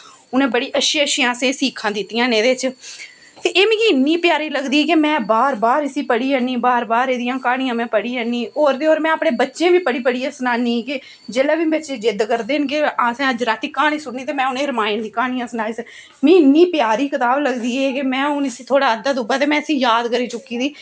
उ'नें बड़ी अच्छी अच्छियां असेंगी सिक्खां दित्तियां न एह्दे च एह् मिकी इन्नी प्यारी लगदी कि में बार बार इस्सी पढ़ी जन्नी बार बार एह्दियां क्हानियां में पढ़ी जन्नी होर ते होर में अपने बच्चें गी बी पढ़ी पढ़ी सनानी कि जिसले बी बच्चे जिद्ध करदे निं कि असें अज्ज रातीं क्हानी सुननी ते में उ'नें गी रामायण दी क्हानियां सनाई ओङ़नी मीं इन्नी प्यारी किताव लगदी ऐ कि में हून इस्सी थोह्ड़ा अद्धा दुब्भा ते में इस्सी याद करी चुकी दी